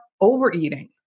overeating